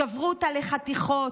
שברו אותה לחתיכות,